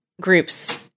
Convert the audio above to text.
groups